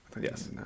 Yes